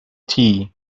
tea